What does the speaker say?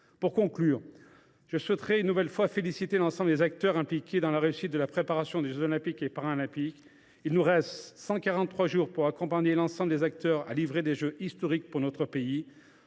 Pour conclure, je souhaite féliciter une nouvelle fois l’ensemble des acteurs impliqués dans la réussite de la préparation des jeux Olympiques et Paralympiques. Il nous reste 143 jours pour accompagner l’ensemble des acteurs et pour livrer des JOP historiques pour notre pays.